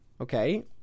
Okay